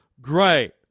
Great